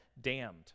damned